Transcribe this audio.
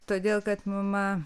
todėl kad mama